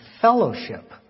fellowship